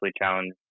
challenged